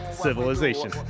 Civilization